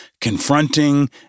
confronting